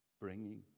bringing